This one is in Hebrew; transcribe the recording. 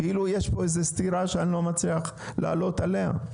כאילו יש פה איזו סתירה שאני לא מצליח לעלות עליה.